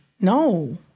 No